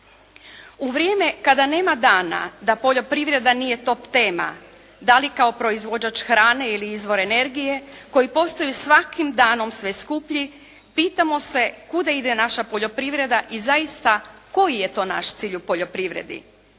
U vrijeme kada nema dana da poljoprivreda nije top tema, da li kao proizvođač hrane ili kao izvor energije koji postaju svakim danom sve skuplji, pitamo se kuda ide naša poljoprivreda i zaista koji je to naš cilj u poljoprivredi.